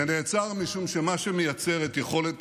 זה נעצר, משום שמה שמייצר את יכולת